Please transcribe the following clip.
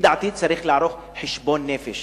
לפי דעתי, צריך לערוך חשבון נפש